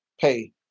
pay